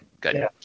good